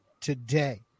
today